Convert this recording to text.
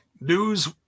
News